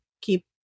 keep